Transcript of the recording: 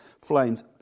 flames